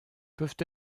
peuvent